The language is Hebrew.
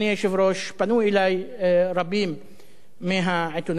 פנו אלי רבים מהעיתונאים הערבים,